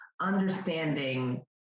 understanding